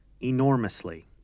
enormously